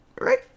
right